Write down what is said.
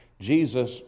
Jesus